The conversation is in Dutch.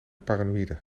paranoïde